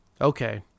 okay